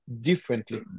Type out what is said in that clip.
differently